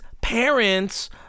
parents